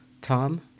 Tom